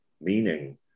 meaning